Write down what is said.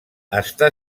està